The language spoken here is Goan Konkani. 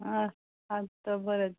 आं च बरें